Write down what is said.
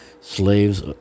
slaves